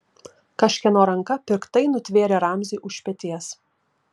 kažkieno ranka piktai nutvėrė ramzį už peties